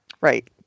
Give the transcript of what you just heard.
Right